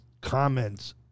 comments